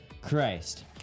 christ